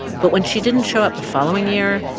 but when she didn't show up the following year,